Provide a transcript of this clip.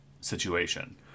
situation